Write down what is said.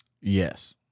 Yes